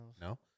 No